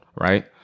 right